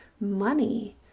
money